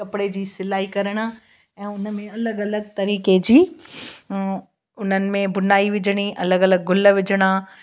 कपिड़े जी सिलाई करणु ऐं उन में अलॻि अलॻि तरीक़े जी ऐं उन्हनि में बुनाई विझिणी अलॻि अलॻि गुल विझिणा